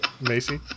Macy